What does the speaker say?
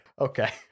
okay